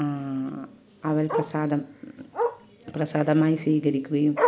അവൽ പ്രസാദം പ്രസാദമായി സ്വീകരിക്കുകയും